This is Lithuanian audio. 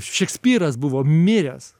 šekspyras buvo miręs